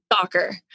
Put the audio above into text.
soccer